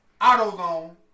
AutoZone